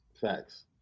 Facts